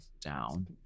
down